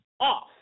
off